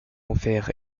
enfers